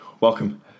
welcome